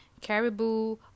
caribou